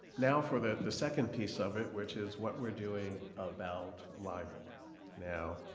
now for the second piece of it, which is what we're doing about libor now,